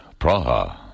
Praha